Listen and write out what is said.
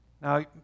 Now